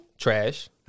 trash